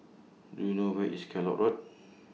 Do YOU know Where IS Kellock Road